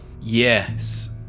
Yes